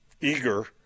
eager